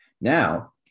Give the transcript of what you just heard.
Now